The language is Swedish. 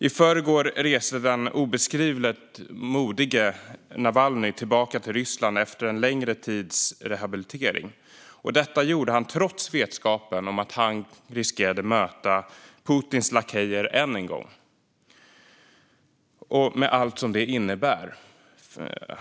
I förrgår reste den obeskrivligt modige Navalnyj tillbaka till Ryssland efter en längre tids rehabilitering. Detta gjorde han trots vetskapen om risken att möta Putins lakejer än en gång med allt som det innebär.